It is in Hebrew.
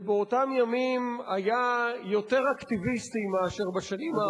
שבאותם ימים היה יותר אקטיביסטי מאשר בשנים האחרונות,